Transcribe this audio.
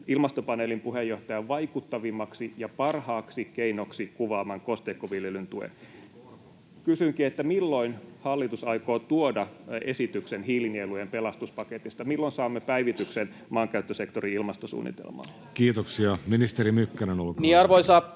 Ilmastopaneelin puheenjohtajan vaikuttavimmaksi ja parhaaksi keinoksi kuvaaman kosteikkoviljelyn tuen. Kysynkin: Milloin hallitus aikoo tuoda esityksen hiilinielujen pelastuspaketista? Milloin saamme päivityksen maankäyttösektorin ilmastosuunnitelmaan? [Sheikki Laakso: